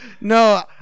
No